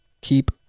keep